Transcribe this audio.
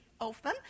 often